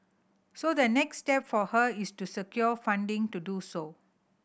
so the next step for her is to secure funding to do so